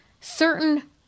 certain